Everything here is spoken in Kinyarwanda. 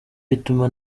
bituma